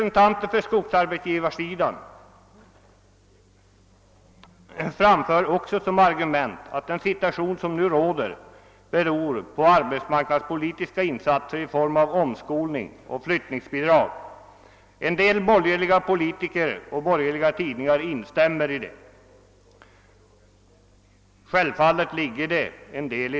na framför också argumentet att den situation som nu råder beror på arbetsmarknadspolitiska insatser i form av omskolning och flyttningsbidrag. En del borgerliga politiker och borgerliga tidningar instämmer i denna uppfattning, som självfallet har en viss grund.